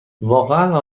واقعا